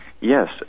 Yes